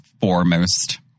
foremost